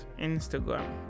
instagram